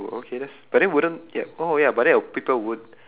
oh okay that's but then wouldn't yeah oh ya but then people would